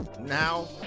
Now